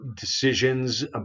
decisions